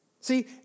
See